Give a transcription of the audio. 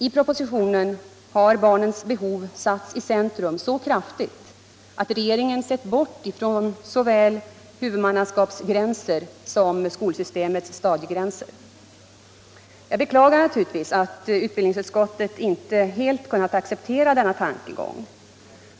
I propositionen har barnets behov satts i centrum så kraftigt att regeringen sett bort ifrån såväl huvudmannaskapsgränser som skolsystemets stadiegränser. Jag beklagar naturligtvis att utbildningsutskottet inte helt kunnat acceptera denna tankegång.